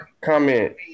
comment